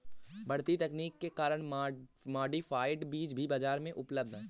बढ़ती तकनीक के कारण मॉडिफाइड बीज भी बाजार में उपलब्ध है